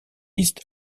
east